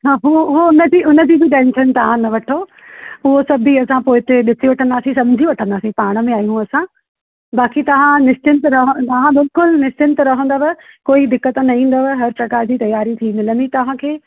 हा हो हुनजी उनजी बि टैंशन तव्हां न वठो उहो सभु बि असां पोइते ॾिसी वठंदासि सम्झी वठंदासि पाण में आहियूं असां बाक़ी तव्हां निश्चिंत रहो हा बिल्कुलु निश्चिंत रहंदव कोई दिकत न ईंदव हर प्रकार जी तयारी थी मिलंदी तव्हांखे